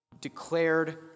declared